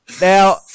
Now